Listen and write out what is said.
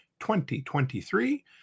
2023